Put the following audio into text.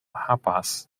rapaz